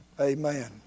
Amen